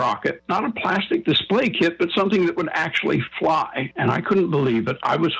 rocket not a plastic display but something that would actually fly and i couldn't believe that i was